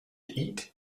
eat